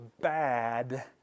bad